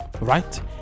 right